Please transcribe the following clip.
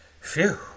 Phew